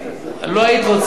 לא היית רוצה להיות,